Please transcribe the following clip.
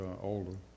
older